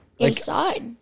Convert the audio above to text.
Inside